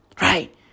Right